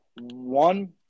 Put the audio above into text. One